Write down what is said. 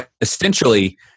essentially